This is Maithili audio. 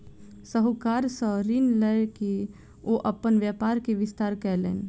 साहूकार सॅ ऋण लय के ओ अपन व्यापार के विस्तार कयलैन